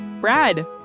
Brad